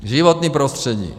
Životní prostředí.